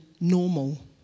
normal